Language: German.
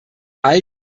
all